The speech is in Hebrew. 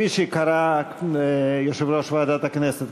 כפי שקרא יושב-ראש ועדת הכנסת.